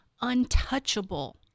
untouchable